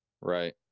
Right